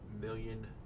million